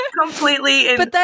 completely